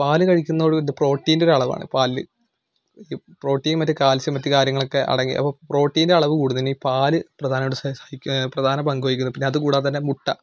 പാൽ കഴിക്കുന്നതോടുകൂടി പ്രോട്ടീൻ്റെ ഒരളവാണ് പാലിൽ ഇ പ്രോട്ടീൻ മറ്റ് കാൽസ്യം മറ്റ് കാര്യങ്ങളൊക്കെ അടങ്ങിയ അപ്പം പ്രോട്ടീൻ്റെ അളവ് കൂടുന്നതിന് ഈ പാൽ പ്രധാനമായിട്ടും സ സഹായിക്കും പ്രധാന പങ്ക് വഹിക്കുന്നു പിന്നെ അതുകൂടാതെ തന്നെ മുട്ട